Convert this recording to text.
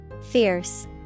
Fierce